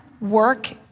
work